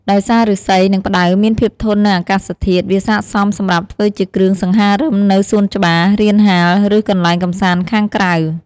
ដោយសារឫស្សី និងផ្តៅមានភាពធន់នឹងអាកាសធាតុ វាស័ក្តិសមសម្រាប់ធ្វើជាគ្រឿងសង្ហារឹមនៅសួនច្បារ រានហាល ឬកន្លែងកម្សាន្តខាងក្រៅ។